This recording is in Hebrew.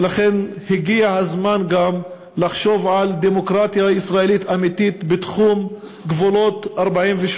ולכן הגיע הזמן גם לחשוב על דמוקרטיה ישראלית אמיתית בתחום גבולות 48'